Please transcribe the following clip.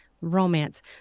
romance